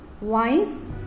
wise